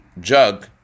jug